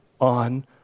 on